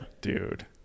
Dude